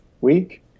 week